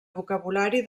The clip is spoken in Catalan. vocabulari